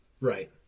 Right